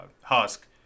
husk